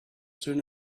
soon